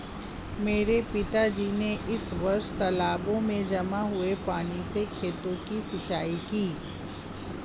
मेरे पिताजी ने इस वर्ष तालाबों में जमा हुए पानी से खेतों की सिंचाई की